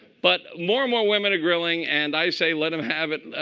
but more and more women are grilling. and i say, let them have it.